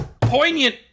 poignant